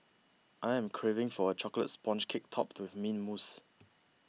I am craving for a Chocolate Sponge Cake Topped with Mint Mousse